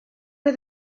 una